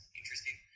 interesting